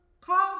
Cause